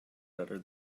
better